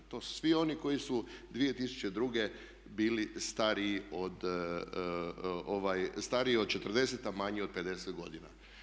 To svi oni koji su 2002. bili stariji od 40, a manji od 50 godina.